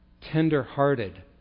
Tender-hearted